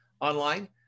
online